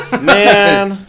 Man